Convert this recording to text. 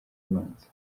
abanza